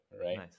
right